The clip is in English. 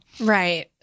Right